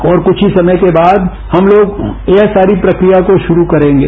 और कूछ ही समय बाद हम लोग यह सारी प्रक्रिया को शुरू करेंगे